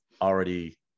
already